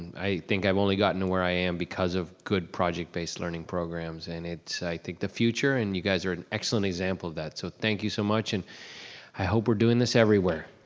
i think i've only gotten to where i am because of good project based learning programs and it's, i think, the future and you guys are an excellent example of that. so thank you so much and i hope we're doing this everywhere.